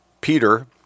Peter